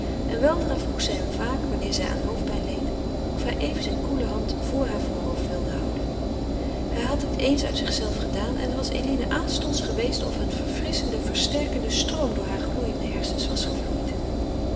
en weldra vroeg zij hem vaak wanneer zij aan hoofdpijn leed of hij even zijne koele hand vr haar voorhoofd wilde houden hij had dit eens uit zichzelven gedaan en het was eline aanstonds geweest of een verfrisschende versterkende stroom door heure gloeiende hersens was gevloeid